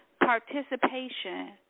participation